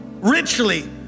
richly